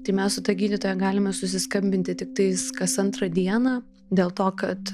tai mes su ta gydytoja galime susiskambinti tiktais kas antrą dieną dėl to kad